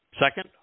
Second